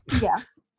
Yes